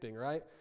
right